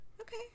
okay